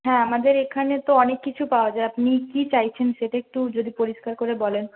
হ্যাঁ আমাদের এখানে তো অনেক কিছু পাওয়া যায় আপনি কি চাইছেন সেটা একটু যদি পরিষ্কার করে বলেন